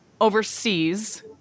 overseas